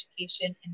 education